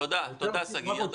תודה שגיא.